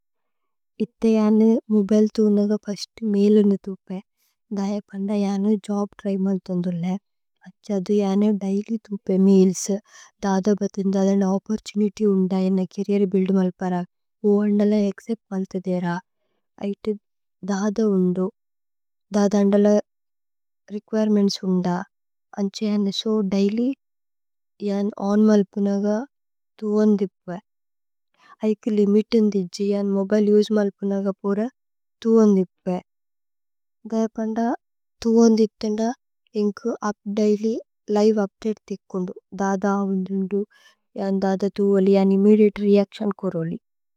ഇഥ യാന് മോബിലേ ഥുവനഗ ഫസ്ത് മൈല് അനു ഥുവ്പേ। ദയ പന്ദ യാന് ജോബ് ത്ര്യ് മല്ഥന്ദുലേ അന്ഛ അഥു। യാനു ദൈല്യ് ഥുവ്പേ മൈല്സ് ദദ ബതിന് ദദ അനു। ഓപ്പോര്തുനിത്യ് ഉന്ദ യന ചര്രിഏര് ബുഇല്ദ് മല്പരഗ്। ഉ അന്ദല അച്ചേപ്ത് മല്ഥധേര ഇതി ദദ ഉന്ദു ദദ। അന്ദല രേകുഇരേമേന്ത്സ് ഉന്ദ അന്ഛ യാനു സോ ദൈല്യ്। യാന് ഓന് മല്പുനഗ ഥുവന് ദിപ്വേ ഐകേ ലിമിതുന്ദി। ജി യാന് മോബിലേ ഉസേ മല്പുനഗ പോര ഥുവന്। ദിപ്വേ ദയ പന്ദ ഥുവന് ദിപ്തേന്ദ ഇന്കു ഉപ്। ദൈല്യ് ലിവേ ഉപ്ദതേ തികുന്ദു ദദ ഉന്ദു യാന് ദദ। ഥുവോലി യാന് ഇമ്മേദിഅതേ രേഅച്തിഓന് കോരോലി।